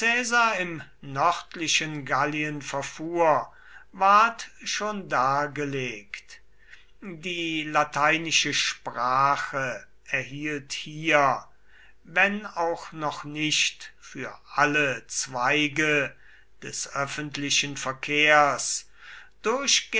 im nördlichen gallien verfuhr ward schon dargelegt die lateinische sprache erhielt hier wenn auch noch nicht für alle zweige des öffentlichen verkehrs